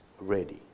ready